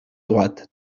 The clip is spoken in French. droite